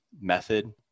method